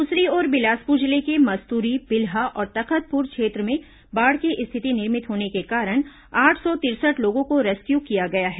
दूसरी ओर बिलासपुर जिले के मस्तुरी बिल्हा और तखतपुर क्षेत्र में बाढ़ की स्थिति निर्मित होने के कारण आठ सौ तिरसठ लोगों को रेस्क्यू किया गया है